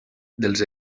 dels